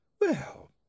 Well